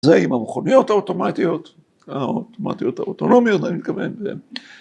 ‫זה עם המכוניות האוטומטיות, ‫האוטומטיות האוטונומיות, אני מתכוון.